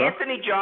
Anthony